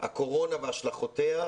הקורונה והשלכותיה,